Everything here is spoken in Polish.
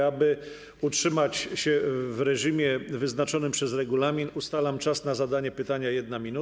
Aby utrzymać się w reżimie wyznaczonym przez regulamin, ustalam czas na zadanie pytania na 1 minutę.